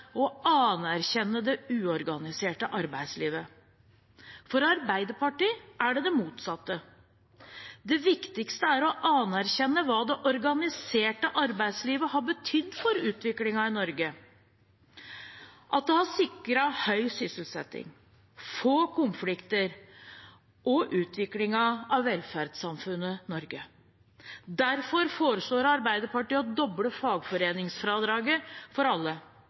å anerkjenne det uorganiserte arbeidslivet. For Arbeiderpartiet er det det motsatte. Det viktigste er å anerkjenne hva det organiserte arbeidslivet har betydd for utviklingen i Norge: at det har sikret høy sysselsetting, få konflikter og utviklingen av velferdssamfunnet Norge. Derfor foreslår Arbeiderpartiet å doble fagforeningsfradraget for alle,